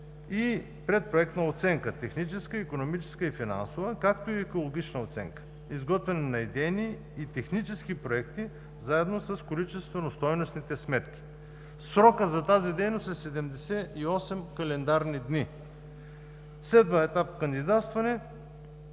и предпроектна оценка – техническа, икономическа и финансова, както и екологична оценка, изготвяне на идейни и технически проекти заедно с количествено-стойностните сметки. Срокът за тази дейност е 78 календарни дни. Следва етап кандидатстване.